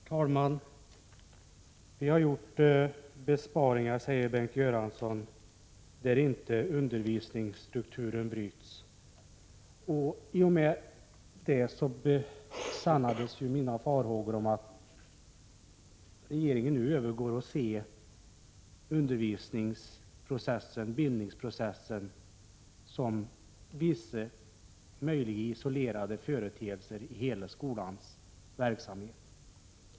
Herr talman! Vi har gjort besparingar där inte undervisningsstrukturen bryts, säger Bengt Göransson. I och med det besannades mina farhågor om att regeringen nu övergår till att se undervisningsprocessen, bildningsprocessen, som bestående av vissa möjliga men isolerade företeelser i hela skolans verksamhet.